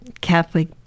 catholic